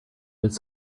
his